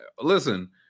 listen